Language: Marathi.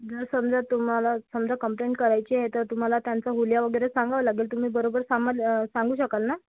जर समजा तुम्हाला समजा कंप्लेंट करायची आहे तर तुम्हाला त्यांचा हुलीया वगैरे सांगावं लागेल तुम्ही बरोबर सांगाल सांगू शकाल ना